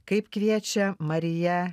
kaip kviečia marija